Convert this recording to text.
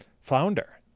flounder